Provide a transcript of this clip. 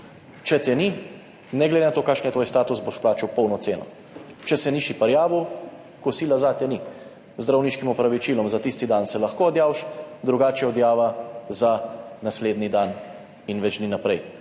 če te ni, ne glede na to, kakšen je tvoj status, boš plačal polno ceno, če se nisi prijavil, kosila zate ni, z zdravniškim opravičilom za tisti dan se lahko odjaviš, drugače odjava za naslednji dan in več dni vnaprej.